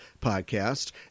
podcast